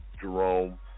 Jerome